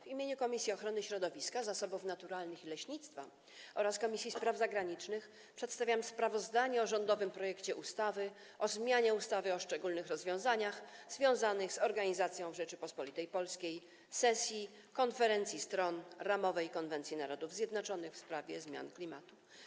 W imieniu Komisji Ochrony Środowiska, Zasobów Naturalnych i Leśnictwa oraz Komisji Spraw Zagranicznych przedstawiam sprawozdanie o rządowym projekcie ustawy o zmianie ustawy o szczególnych rozwiązaniach związanych z organizacją w Rzeczypospolitej Polskiej sesji Konferencji Stron Ramowej konwencji Narodów Zjednoczonych w sprawie zmian klimatu.